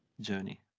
journey